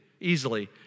easily